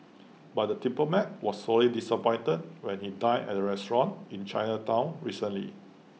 but the diplomat was sorely disappointed when he dined at the restaurant in Chinatown recently